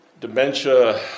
dementia